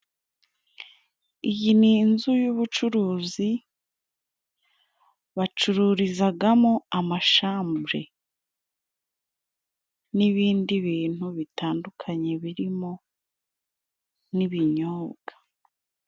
Iyi ni inzu y'ubucuruzi bacururizagamo amashambure. N'ibindi bintu bitandukanye birimo n'ibinyobwa.